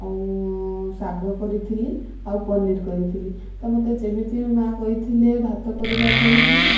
ଆଉ ଶାଗ କରିଥିଲି ଆଉ ପନିର କରିଥିଲି ତ ମୋତେ ଯେମିତି ବି ମା କହିଥିଲେ ଭାତ କରିବା ପାଇଁ କି